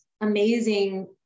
amazing